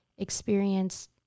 experience